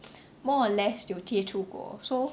more or less 有接触过 so